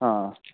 ಹಾಂ